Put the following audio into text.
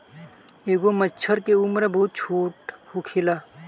एगो मछर के उम्र बहुत छोट होखेला